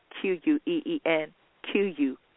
Q-U-E-E-N-Q-U